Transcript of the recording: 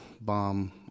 bomb